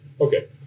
Okay